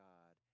God